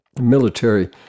military